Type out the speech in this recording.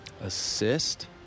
Assist